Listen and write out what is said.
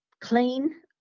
clean